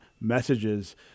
messages